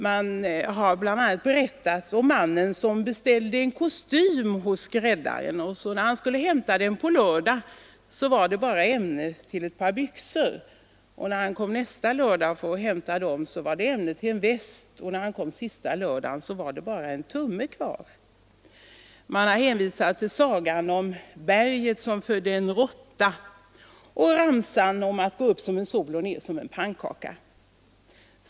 Man har bl.a. berättat om mannen som beställde en kostym hos skräddaren, och när han skulle hämta den på lördagen var det bara ämne till ett par byxor; när han kom nästa lördag för att hämta dem var det ämne till en väst, och när han sedan kom den sista lördagen var det bara en tumme kvar. Man har hänvisat till sagan om berget som födde en råtta och ramsan om att gå upp som en sol och ned som en pannkaka.